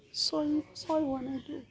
ছয় ছয় হোৱা নাইতো